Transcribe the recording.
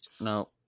No